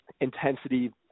intensity